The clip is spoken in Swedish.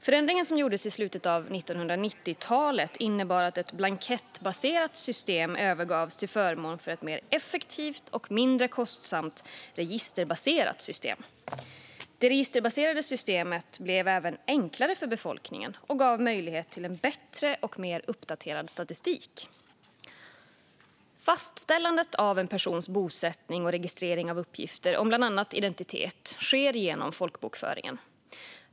Förändringen som gjordes i slutet av 1990-talet innebar att ett blankettbaserat system övergavs till förmån för ett mer effektivt och mindre kostsamt registerbaserat system. Det registerbaserade systemet blev även enklare för befolkningen och gav möjlighet till en bättre och mer uppdaterad statistik. Fastställande av en persons bosättning och registrering av uppgifter om bland annat identitet sker genom folkbokföringen.